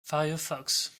firefox